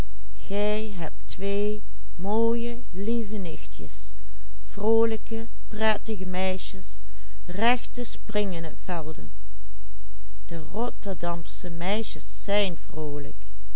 spring in t velden de rotterdamsche meisjes zijn